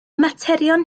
materion